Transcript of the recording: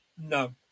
no